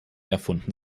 erfunden